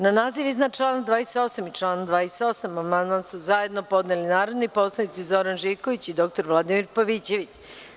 Na naziv iznadčlana 29. i član 29. amandman su zajedno podneli narodni poslanici Zoran Živković i dr Vladimir Pavićević.